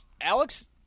Alex